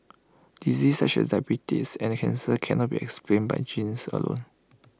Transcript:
diseases such as diabetes and cancer cannot be explained by genes alone